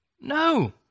no